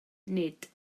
nid